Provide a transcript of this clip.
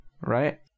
right